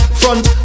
front